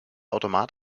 automat